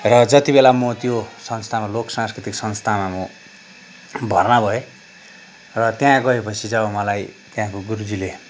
र जति बेला म त्यो संस्थामा लोक सांस्कृतिक संस्थामा म भर्ना भएँ र त्यहाँ गएपछि चाहिँ अब मलाई त्यहाँको गुरुजीले